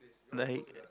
like